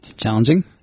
Challenging